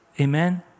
Amen